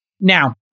Now